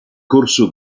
corso